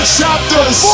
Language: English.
chapters